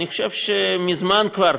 אני חושב שמזמן כבר